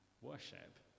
worship